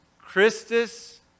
Christus